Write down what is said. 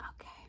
okay